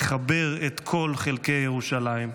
לחבר את כל חלקי ירושלים.